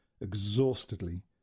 exhaustedly